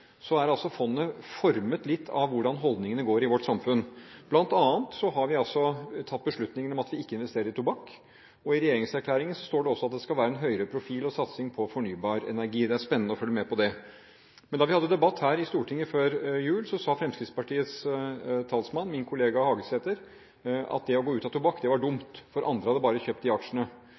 fondet formet litt av hvordan holdningene er i vårt samfunn. Blant annet har vi altså tatt beslutningen om at vi ikke investerer i tobakk, og i regjeringserklæringen står det også at det skal være en høyere profil og satsing på fornybar energi. Det er spennende å følge med på det. Men da vi hadde debatt her i Stortinget før jul, sa Fremskrittspartiets talsmann – min kollega Hagesæter – at det å gå ut av tobakk var dumt, for andre hadde bare kjøpt de aksjene.